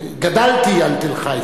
שגדלו על תל-חי.